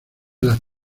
las